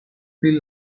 pli